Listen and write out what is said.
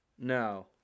No